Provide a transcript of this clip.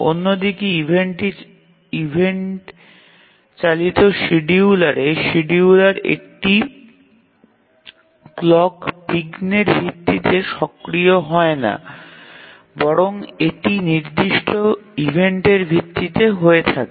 অন্যদিকে ইভেন্ট চালিত শিডিয়ুলারে শিডিয়ুলার একটি ক্লক বিঘ্নের ভিত্তিতে সক্রিয় হয় না বরং এটি নির্দিষ্ট ইভেন্টের ভিত্তিতে হয়ে থাকে